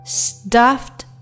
stuffed